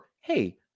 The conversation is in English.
hey